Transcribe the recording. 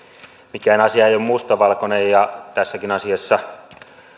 mikään asia ei ole mustavalkoinen ja tässäkin asiassa